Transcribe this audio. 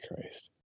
Christ